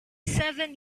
seven